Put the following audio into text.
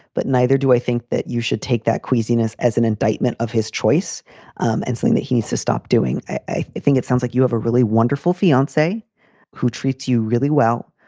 but neither do i think that you should take that queasiness as an indictment of his choice um and saying that he's to stop doing. i think it sounds like you have a really wonderful fiancee who treats you really well,